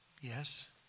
Yes